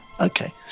okay